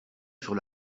sur